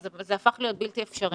אז יפה,